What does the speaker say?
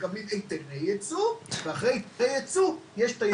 מקבלים היתרי ייצוא ואחרי היתרי הייצוא יש.